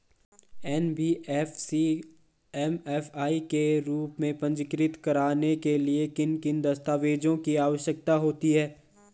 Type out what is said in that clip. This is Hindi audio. एन.बी.एफ.सी एम.एफ.आई के रूप में पंजीकृत कराने के लिए किन किन दस्तावेज़ों की आवश्यकता होती है?